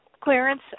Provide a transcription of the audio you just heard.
clearance